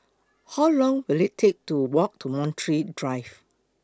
How Long Will IT Take to Walk to Montreal Drive